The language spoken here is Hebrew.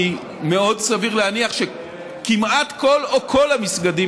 כי מאוד סביר להניח שכמעט כל או כל המסגדים